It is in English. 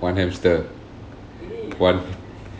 one hamster one